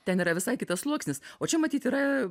ten yra visai kitas sluoksnis o čia matyt yra